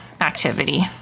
activity